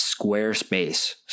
Squarespace